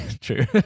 True